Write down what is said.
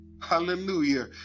Hallelujah